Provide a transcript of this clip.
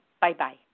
Bye-bye